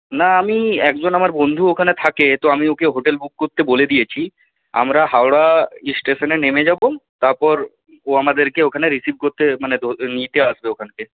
না আমি একজন আমার বন্ধু ওখানে থাকে তো আমি ওকে হোটেল বুক করতে বলে দিয়েছি আমরা হাওড়া স্টেশনে নেবে যাব তারপর ও আমাদেরকে ওখানে রিসিভ করতে মানে নিতে আসবে ওখান থেকে